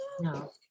no